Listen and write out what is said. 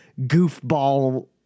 goofball